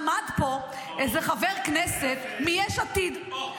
עמד פה איזה חבר כנסת מיש עתיד -- יש לו שם?